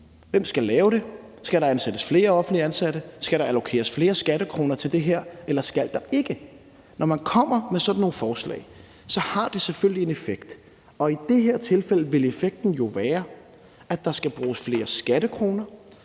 Hvem skal lave det? Skal der ansættes flere offentligt ansatte? Skal der allokeres flere skattekroner til det her, eller skal der ikke? Når man kommer med sådan nogle forslag, har det selvfølgelig en effekt, og i det her tilfælde vil effekten jo være, at der skal bruges flere skattekroner